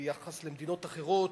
ביחס למדינות אחרות,